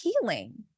healing